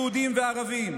יהודים וערבים,